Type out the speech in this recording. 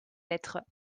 lettre